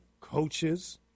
coaches